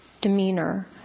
demeanor